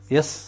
Yes